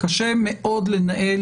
הדבר כמובן ראוי שייעשה - חייב להיעשות